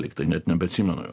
lygtai net nebeatsimenu jau